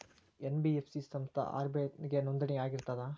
NBF ಸಂಸ್ಥಾ RBI ಗೆ ನೋಂದಣಿ ಆಗಿರ್ತದಾ?